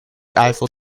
eiffel